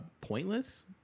pointless